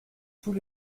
tous